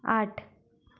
आठ